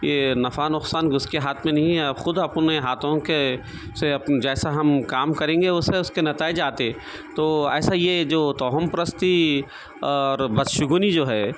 یہ نفع نقصان اس کے ہاتھ میں نہیں ہے آپ خود اپنے ہاتھوں کے سے جیسا ہم کام کریں گے ویسے اس کے نتائج آتے تو ایسا یہ جو توہوم پرستی اور بدشگونی جو ہے